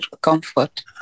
comfort